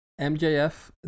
MJF